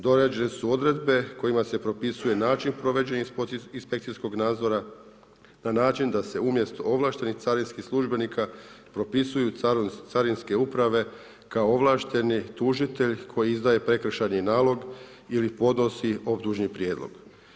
Dorađene su odredbe kojima se propisuje način provođenja inspekcijskog nadzora na način da se umjesto ovlaštenih carinskih službenika propisuju carinske uprave kao ovlašteni tužitelj koji izdaje prekršajni nalog ili podnosi optužni prijedlog.